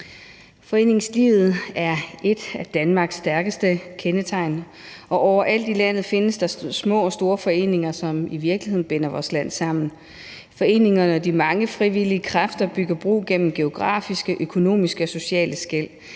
Foreningslivet er et af Danmarks stærkeste kendetegn, og overalt i landet findes der små og store foreninger, som i virkeligheden binder vores land sammen. Foreningerne og de mange frivillige kræfter bygger bro over geografiske, økonomiske og sociale skel.